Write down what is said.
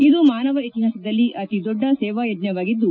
ಇದು ಮಾನವ ಇತಿಹಾಸದಲ್ಲಿ ಅತಿ ದೊಡ್ಡ ಸೇವಾ ಯಜ್ಞವಾಗಿದ್ದು